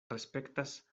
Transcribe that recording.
respektas